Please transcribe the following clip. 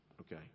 Okay